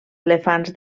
elefants